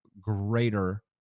greater